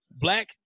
black